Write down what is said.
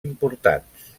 importants